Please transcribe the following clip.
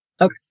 Okay